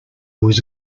was